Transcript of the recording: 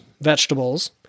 vegetables